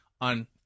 on